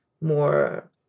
more